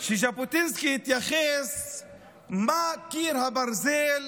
ז'בוטינסקי התייחס לאיך שקיר הברזל